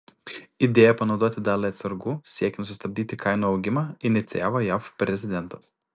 idėją panaudoti dalį atsargų siekiant sustabdyti kainų augimą inicijavo jav prezidentas